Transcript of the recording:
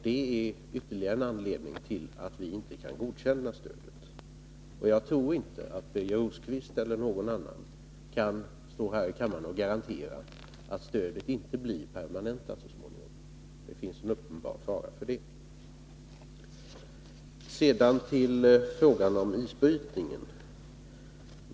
Det är ytterligare en anledning till att vi inte kan godkänna stödet. Jag tror inte Birger Rosqvist eller någon annan kan stå här i kammaren och garantera att stödet inte blir permanentat så småningom. Det finns en uppenbar fara för att det blir det. Sedan till frågan om isbrytningen.